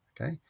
Okay